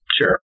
Sure